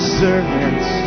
servants